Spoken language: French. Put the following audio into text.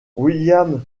william